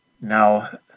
Now